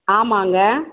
ஆமாங்க